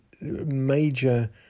major